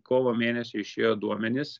kovo mėnesiui išėjo duomenys